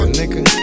nigga